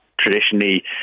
Traditionally